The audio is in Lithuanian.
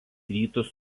rytus